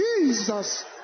Jesus